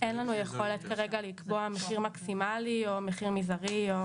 אין לנו יכולת כרגע לקבוע מחיר מקסימלי או מחיר מזערי.